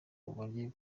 bajye